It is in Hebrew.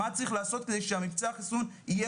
מה צריך לעשות כדי שמבצע החיסון יהיה